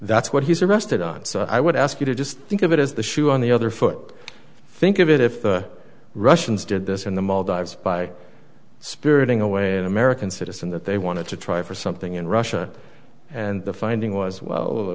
that's what he's arrested on so i would ask you to just think of it as the shoe on the other foot think of it if the russians did this in the maldives by spiriting away an american citizen that they wanted to try for something in russia and the finding was well